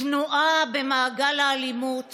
כנועה במעגל האלימות